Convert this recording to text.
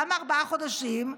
למה ארבעה חודשים?